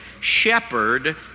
shepherd